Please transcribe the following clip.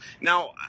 Now